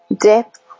depth